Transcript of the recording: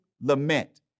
lament